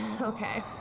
Okay